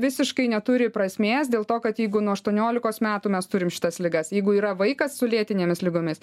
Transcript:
visiškai neturi prasmės dėl to kad jeigu nuo aštuoniolikos metų mes turim šitas ligas jeigu yra vaikas su lėtinėmis ligomis